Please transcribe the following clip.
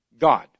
God